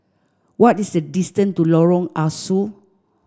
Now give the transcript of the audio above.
what is the distance to Lorong Ah Soo